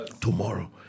tomorrow